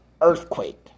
earthquake